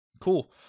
Cool